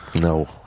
No